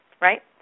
right